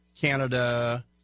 Canada